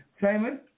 Simon